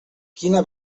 quina